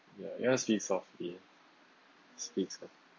ya you wanna speak softly speak